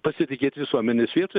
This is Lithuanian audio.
pasitikėt visuomenės vietoj